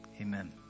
amen